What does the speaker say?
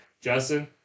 Justin